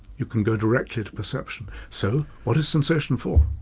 you can go directly to perception. so, what is sensation for?